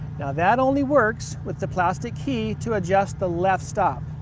now that only works with the plastic key to adjust the left stop.